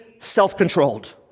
self-controlled